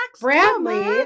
Bradley